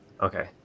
Okay